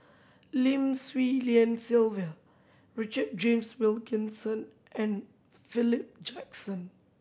Lim Swee Lian Sylvia Richard James Wilkinson and Philip Jackson